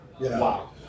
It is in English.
Wow